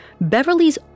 Beverly's